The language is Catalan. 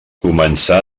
començà